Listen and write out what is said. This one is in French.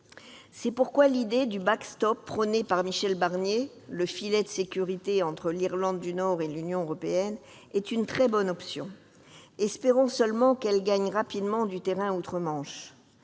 C'est pourquoi l'idée du prôné par Michel Barnier, le filet de sécurité entre l'Irlande du Nord et l'Union européenne, est une très bonne option. Espérons seulement qu'elle gagne rapidement du terrain outre-Manche.